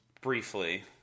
briefly